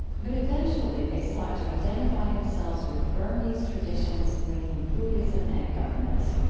but eventually, they sought to identify themselves with burmese traditions linking buddhism and governance.